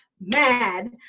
mad